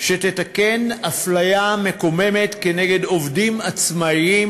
שתתקן אפליה מקוממת כנגד עובדים עצמאים